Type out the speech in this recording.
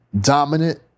Dominant